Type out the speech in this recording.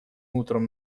утром